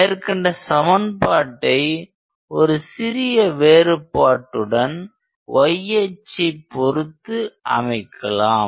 மேற்கண்ட சமன்பாட்டை ஒரு சிறிய வேறுபாட்டுடன் y அச்சை பொருத்து அமைக்கலாம்